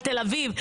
על תל אביב.